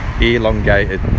elongated